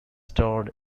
starred